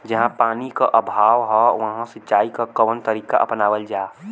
जहाँ पानी क अभाव ह वहां सिंचाई क कवन तरीका अपनावल जा?